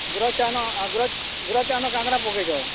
ଗୁୁରସ୍ ଚାହାନ ଗୁରସ୍ ଚାହାନେ କାଣା କାଣା ପକେଇଚ